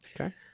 okay